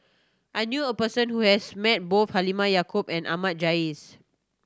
I knew a person who has met both Halimah Yacob and Ahmad Jais